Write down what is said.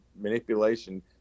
manipulation